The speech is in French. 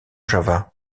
java